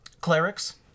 Clerics